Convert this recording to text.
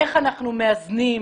איך אנחנו מאזנים,